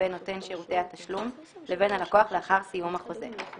בין נותן שירותי התשלום לבין הלקוח לאחר סיום החוזה.